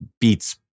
Beats